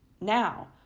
Now